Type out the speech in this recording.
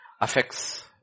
affects